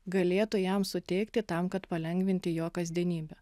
galėtų jam suteikti tam kad palengvinti jo kasdienybę